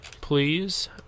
please